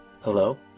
Hello